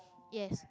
yes